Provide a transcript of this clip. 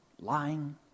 Lying